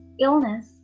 illness